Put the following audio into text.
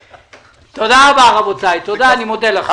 תודה רבה, רבותי, אני מודה לכם.